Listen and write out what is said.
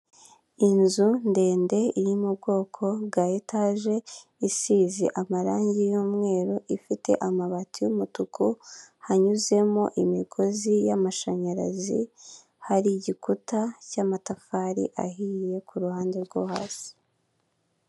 Inzu ndende iri mu bwoko bwa etaje, isize amarangi y'umweru, ifite amabati y'umutuku, hanyuzemo imigozi y'amashanyarazi, hari igikuta cy'amatafari ahiye ku ruhande rwo hasi.